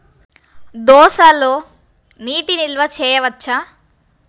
దోసలో నీటి నిల్వ చేయవచ్చా?